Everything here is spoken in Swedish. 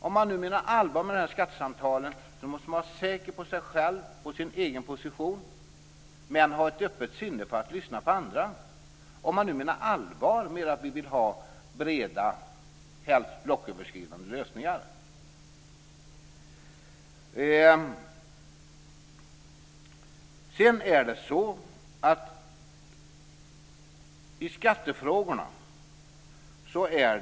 Om man menar allvar med skattesamtalen och om man menar allvar med att ha breda helst blocköverskridande lösningar, måste man vara säker på sig själv och sin egen position men ha ett öppet sinne för att lyssna på andra.